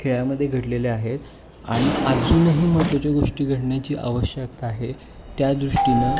खेळामध्ये घडलेल्या आहेत आणि अजूनही महत्त्वाच्या गोष्टी घडण्याची आवश्यकता आहे त्या दृष्टीनं